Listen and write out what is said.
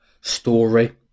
story